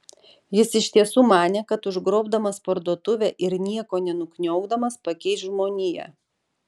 jis iš tiesų manė kad užgrobdamas parduotuvę ir nieko nenukniaukdamas pakeis žmoniją